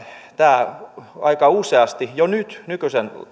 tämä aika useasti jo nyt nykyisen